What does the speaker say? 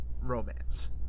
romance